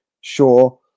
sure